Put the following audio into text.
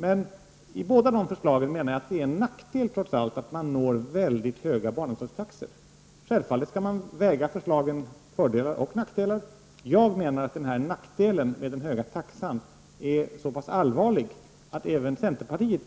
Men när det gäller båda förslagen är det trots allt en nackdel att man kommer upp i väldigt höga barnomsorgstaxor. Självfallet skall fördelar och nackdelar med förslagen vägas mot varandra. Jag menar dock att nackdelen med en hög taxa är så pass allvarlig att även centerpartiet